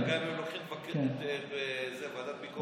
והם לוקחים גם את ועדת ביקורת,